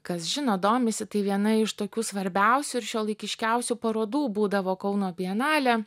kas žino domisi tai viena iš tokių svarbiausių ir šiuolaikiškiausių parodų būdavo kauno bienalė